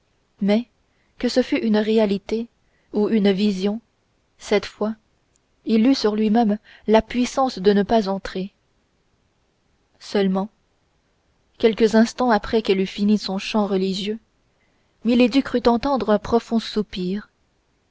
mais que ce fût une réalité ou une vision cette fois il eut sur lui-même la puissance de ne pas entrer seulement quelques instants après qu'elle eût fini son chant religieux milady crut entendre un profond soupir